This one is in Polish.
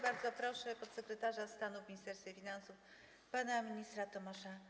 Bardzo proszę podsekretarza stanu w Ministerstwie Finansów pana ministra Tomasza